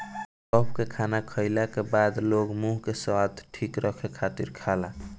सौंफ के खाना खाईला के बाद लोग मुंह के स्वाद ठीक रखे खातिर खाला